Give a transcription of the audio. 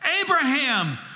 Abraham